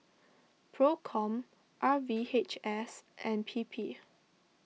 Procom R V H S and P P